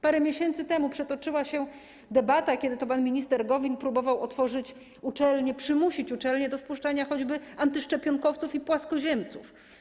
Parę miesięcy temu przetoczyła się debata, kiedy to pan minister Gowin próbował przymusić uczelnie do wpuszczania choćby antyszczepionkowców i płaskoziemców.